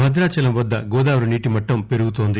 భదాచలం వద్ద గోదావరి నీటిమట్లం పెరుగుతోంది